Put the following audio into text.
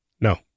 No